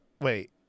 Wait